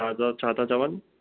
हा दोस्त छा था चवनि